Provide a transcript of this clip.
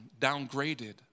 downgraded